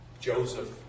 Joseph